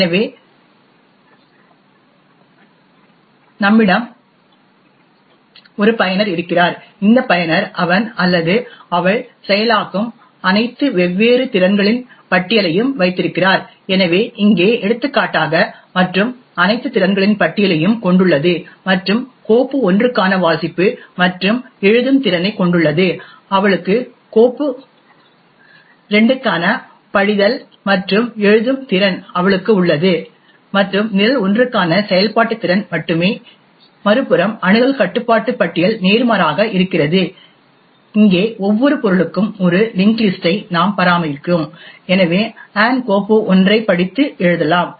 எனவே நம்மிடம் ஒரு பயனர் இருக்கிறார் இந்த பயனர் அவன் அல்லது அவள் செயலாக்கும் அனைத்து வெவ்வேறு திறன்களின் பட்டியலையும் வைத்திருக்கிறார் எனவே இங்கே எடுத்துக்காட்டாக மற்றும் அனைத்து திறன்களின் பட்டியலையும் கொண்டுள்ளது மற்றும் கோப்பு1 க்கான வாசிப்பு மற்றும் எழுதும் திறனைக் கொண்டுள்ளது அவளுக்கு கோப்பு2 க்கான படிதல் மற்றும் எழுதும் திறன் அவளுக்கு உள்ளது மற்றும் நிரல்1 க்கான செயல்பாட்டு திறன் மட்டுமே மறுபுறம் அணுகல் கட்டுப்பாட்டு பட்டியல் நேர்மாறாக இருக்கிறது இங்கே ஒவ்வொரு பொருளுக்கும் ஒரு லிஙஂகஂ லிஸஂடஂ ஐ நாம் பராமரிக்கிறோம் எனவே ஆன் கோப்பு1 ஐ படித்து எழுதலாம்